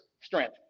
strength